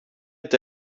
est